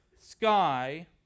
sky